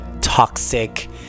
toxic